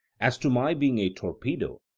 as to my being a torpedo,